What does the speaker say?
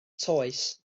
toes